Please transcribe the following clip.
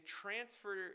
transfer